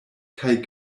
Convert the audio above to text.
kaj